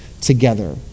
together